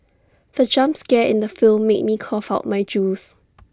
the jump scare in the film made me cough out my juice